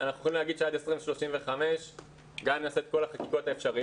אנחנו יכולים להגיד שעד 2035 גם אם נעשה את כל החקיקות האפשריות,